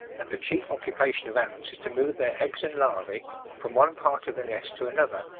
that the chief occupation of ants is to move their eggs and larvae from one part of the nest to another,